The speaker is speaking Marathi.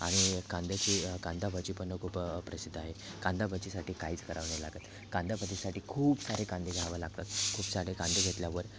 आणि कांद्याची अ कांदा भजी पण खूप प्रसिद्ध आहे कांदा भजीसाठी काहीच करावं नाही लागत कांदा भजीसाठी खूप सारे कांदे घ्यावं लागतात खूप सारे कांदे घेतल्यावर